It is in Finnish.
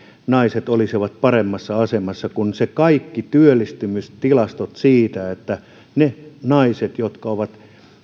naiset olisivat paremmassa asemassa kun on ne kaikki työllistymistilastot siitä että niiden naisten jotka ovat